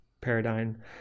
paradigm